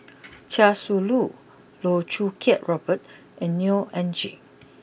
Chia Shi Lu Loh Choo Kiat Robert and Neo Anngee